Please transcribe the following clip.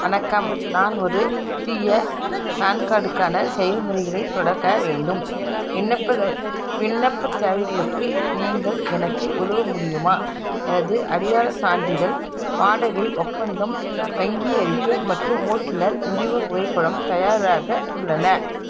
வணக்கம் நான் ஒரு புதிய பேன்கார்டுக்கான செயல்முறைகளைத் தொடக்க வேண்டும் விண்ணப்ப விண்ணப்பத் தேவைகளுக்கு நீங்கள் எனக்கு உதவ முடியுமா எனது அடையாளச் சான்றிதழ் வாடகை ஒப்பந்தம் வங்கி அறிக்கை மற்றும் ஓட்டுநர் உரிமம் புகைப்படம் தயாராக உள்ளன